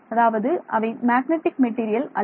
அதாவது அவை magnetic material அல்ல